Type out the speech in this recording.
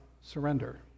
surrender